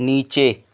नीचे